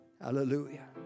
Hallelujah